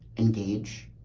engage,